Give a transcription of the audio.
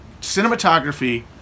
cinematography